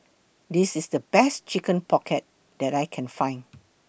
This IS The Best Chicken Pocket that I Can Find